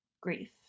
grief